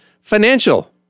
Financial